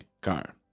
car